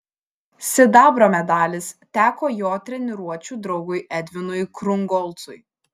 sidabro medalis teko jo treniruočių draugui edvinui krungolcui